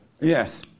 Yes